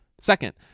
Second